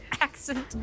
accent